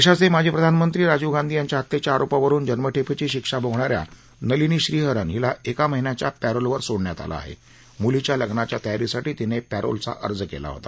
दशीच माजी प्रधानमंत्री राजीव गांधी यांच्या हत्यव्या आरोपावरुन जन्मठप्रक्षी शिक्षा भोगाणा या नलिनी श्रीहरन हिला एक महिन्याच्या पॅरोलवर सोडण्यात आलं आह मुलीच्या लग्नाच्या तयारीसाठी तिनं पॅरोलचा अर्ज कल्ला होता